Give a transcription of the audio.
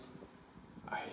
I